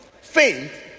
Faith